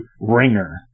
ringer